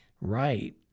right